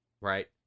right